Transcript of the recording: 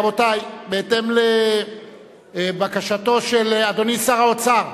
רבותי, בהתאם לבקשתו של, אדוני שר האוצר,